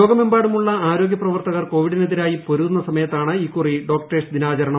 ലോകമെമ്പാടുമുള്ള ആരോഗ്യ പ്രവർത്തകർ കോവിഡിനെതിരായി പൊരുതുന്ന സമയത്താണ് ഇക്കുറി ഡോക്ടേഴ് സ് ദിനാചരണം